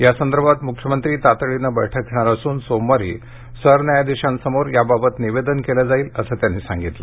यासंदर्भात मुख्यमंत्री तातडीनं बैठक घेणार असून सोमवारी सरन्यायाधीशांसमोर याबाबत निवेदन केलं जाणार आहे असं ते म्हणाले